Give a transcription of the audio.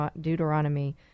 Deuteronomy